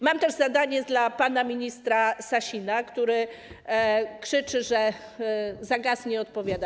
Mam też zadanie dla pana ministra Sasina, który krzyczy, że za gaz nie odpowiada.